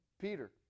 Peter